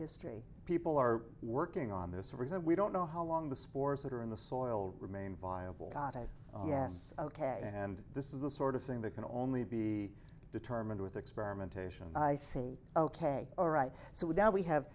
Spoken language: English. history people are working on this reason we don't know how long the spores that are in the soil remain viable yes ok and this is the sort of thing that can only be determined with experimentation i say ok all right so we now we have